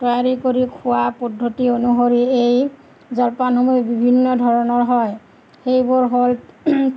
তৈয়াৰী কৰি খোৱা পদ্ধতি অনুসৰি এই জলপানসমূহ বিভিন্ন ধৰণৰ হয় সেইবোৰ হ'ল